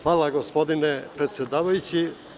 Hvala, gospodine predsedavajući.